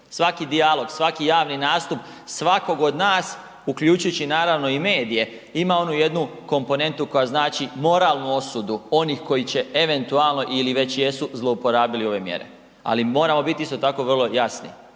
Svaki dijalog, svaki javni nastup, svakog od nas, uključujući naravno i medije ima onu jednu komponentu koja znači moralnu osudu onih koji će eventualno ili već jesu zlouporabili ove mjere. Ali moramo bit isto tako vrlo jasni,